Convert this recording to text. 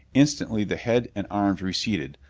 instantly the head and arms receded,